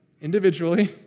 individually